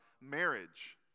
marriage